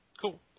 cool